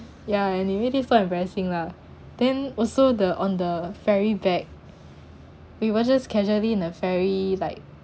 yeah and it really so embarrassing lah then also the on the ferry back we were just casually in the ferry like